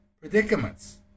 predicaments